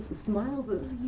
smiles